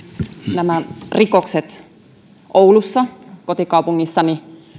nämä rikokset kotikaupungissani